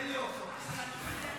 תן לי עוד חצי שעה.